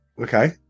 Okay